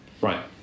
Right